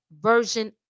version